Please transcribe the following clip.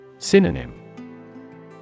Synonym